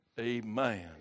amen